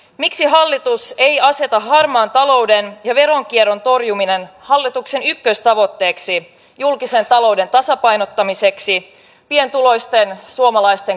miksi hallitus ei aseta harmaan talouden ja veronkierron torjumista hallituksen ykköstavoitteeksi julkisen talouden tasapainottamiseksi pienituloisten suomalaisten kurjistamisen sijaan